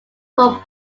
from